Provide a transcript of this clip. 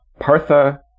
Partha